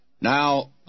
Now